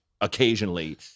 occasionally